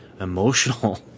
emotional –